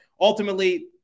ultimately